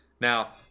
Now